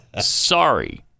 Sorry